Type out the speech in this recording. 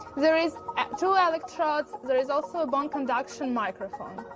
there is two ah electrodes. there is also a bone conduction microphone,